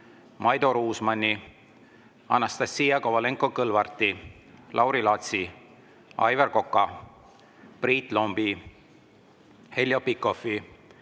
Maido Ruusmanni, Anastassia Kovalenko-Kõlvarti, Lauri Laatsi, Aivar Koka, Priit Lombi, Heljo Pikhofi,